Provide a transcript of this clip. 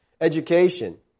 education